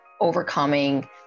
overcoming